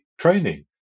training